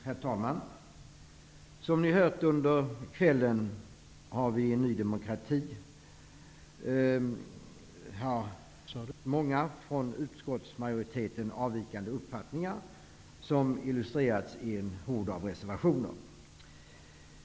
Herr talman! Som ni har hört under kvällen, har vi i Ny demokrati många uppfattningar som avviker från utskottsmajoriteten, vilket illustreras i en hord av reservationer.